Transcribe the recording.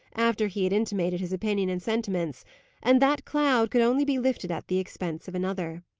after he had intimated his opinion and sentiments and that cloud could only be lifted at the expense of another.